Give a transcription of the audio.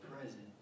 present